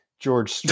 George